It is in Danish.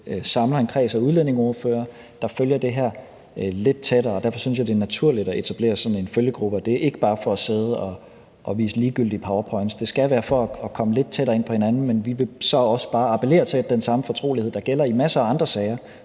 samler en kreds af udlændingeordførere, der følger det her lidt tættere, og derfor synes jeg, det er naturligt at etablere sådan en følgegruppe, og det er ikke bare for at sidde og vise ligegyldige powerpoints, det skal være for at komme lidt tættere ind på hinanden, men vi vil så også bare appellere til, at vi også her kan have den samme fortrolighed, der gælder i masser af andre sager,